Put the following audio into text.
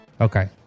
Okay